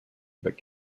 but